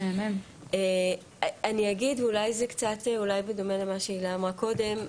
אני אגיד, ואולי זה בדומה למה שהלה אמרה קודם.